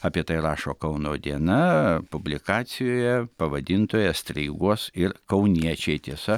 apie tai rašo kauno diena publikacijoje pavadintoje streikuos ir kauniečiai tiesa